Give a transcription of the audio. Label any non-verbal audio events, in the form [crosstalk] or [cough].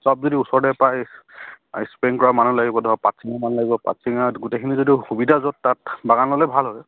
চব যদি ওচৰতে পায় [unintelligible] কৰা মানুহ লাগিব ধৰক পাটচিঙা মানুহ লাগিব পাত চিঙা গোটেইখিনি যদি সুবিধা য'ত তাত বাগান ল'লে ভাল হয়